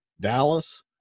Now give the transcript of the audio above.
Dallas